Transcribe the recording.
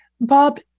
Bob